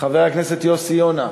חבר הכנסת יוסי יונה,